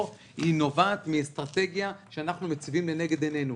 נובעת מאסטרטגיה שאנחנו מציבים לנגד עינינו,